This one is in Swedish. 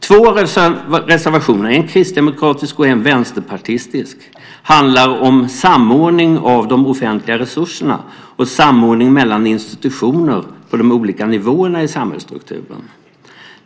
Två av reservationerna, en kristdemokratisk och en vänsterpartistisk, handlar om samordning av de offentliga resurserna och samordning mellan institutioner på de olika nivåerna i samhällsstrukturen.